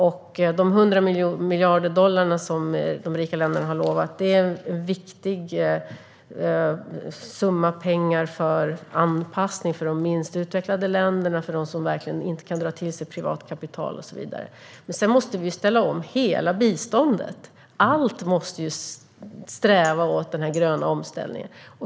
De 100 miljarder dollar som de rika länderna har lovat är viktiga pengar för anpassning för de minst utvecklade länderna, som inte kan dra till sig privat kapital och så vidare, men sedan måste vi ställa om hela biståndet. Allt måste sträva efter den gröna omställningen.